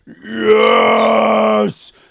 Yes